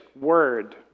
word